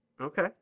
Okay